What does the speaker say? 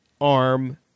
arm